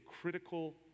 critical